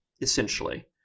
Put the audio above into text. essentially